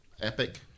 epic